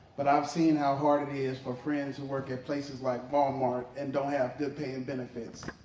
but i've seen how hard is for friends who work at places like walmart and don't have good paying and benefits.